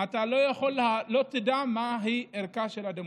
אתה לא תדע מה ערכה של הדמוקרטיה.